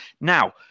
now